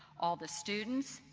all the students,